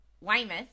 Weymouth